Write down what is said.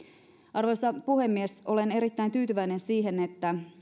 arvoisa puhemies olen erittäin tyytyväinen siihen että